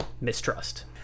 mistrust